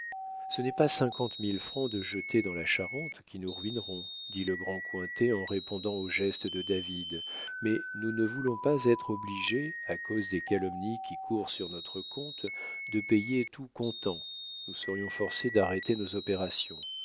ce n'est pas cinquante mille francs de jetés dans la charente qui nous ruineront dit le grand cointet en répondant au geste de david mais nous ne voulons pas être obligés à cause des calomnies qui courent sur notre compte de payer tout comptant nous serions forcés d'arrêter nos opérations